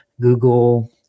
Google